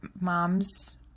mom's